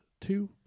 two